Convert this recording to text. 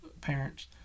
parents